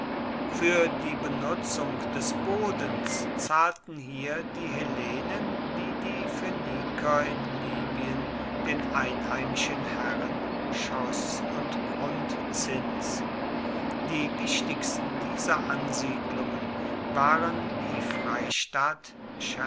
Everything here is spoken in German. für die benutzung des bodens zahlten hier die hellenen wie die phöniker in libyen den einheimischen herren schoß und grundzins die wichtigsten dieser ansiedlungen waren die freistadt